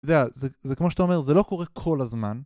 זה כמו שאתה אומר, זה לא קורה כל הזמן